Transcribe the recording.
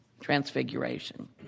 transfiguration